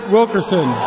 Wilkerson